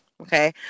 okay